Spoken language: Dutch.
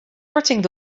korting